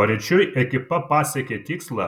paryčiui ekipa pasiekė tikslą